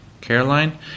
Caroline